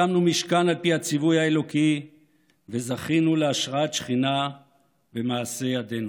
הקמנו משכן על פי הציווי האלוקי וזכינו להשראת שכינה במעשי ידינו.